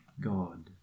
God